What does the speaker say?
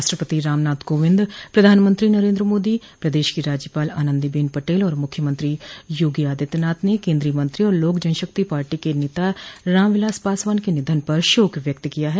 राष्ट्रपति रामनाथ कोविंद प्रधानमंत्री नरेन्द्र मोदी प्रदेश की राज्यपाल आनंदीबेन पटेल और मुख्यमंत्री योगी आदित्यनाथ ने केन्द्रीय मंत्री और लोक जनशक्ति पार्टी के नेता रामविलास पासवान के निधन पर शोक व्यक्त किया है